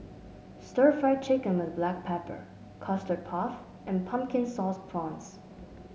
Stir Fried Chicken with Black Pepper Custard Puff and Pumpkin Sauce Prawns